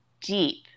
deep